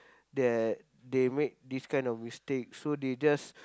that they make this kind of mistake so they just